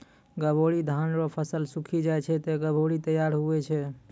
गभोरी धान रो फसल सुक्खी जाय छै ते गभोरी तैयार हुवै छै